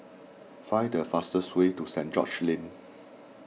find the fastest way to Saint George's Lane